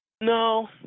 No